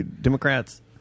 Democrats